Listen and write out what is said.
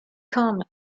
come